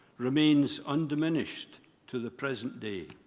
remains undiminished to the present day.